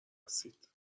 بستید